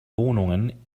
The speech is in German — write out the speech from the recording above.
wohnungen